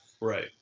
Right